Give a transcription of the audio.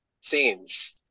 scenes